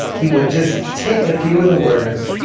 he would just take a few of the words,